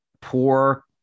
poor